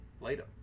Later